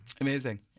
Amazing